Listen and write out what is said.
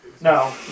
no